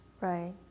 Right